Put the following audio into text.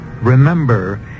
remember